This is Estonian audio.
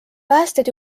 päästjad